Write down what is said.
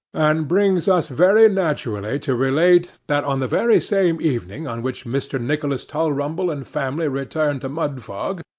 and brings us very naturally to relate, that on the very same evening on which mr. nicholas tulrumble and family returned to mudfog,